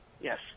Yes